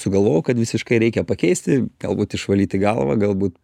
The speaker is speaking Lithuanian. sugalvojau kad visiškai reikia pakeisti galbūt išvalyti galvą galbūt